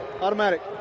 Automatic